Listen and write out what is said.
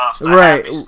right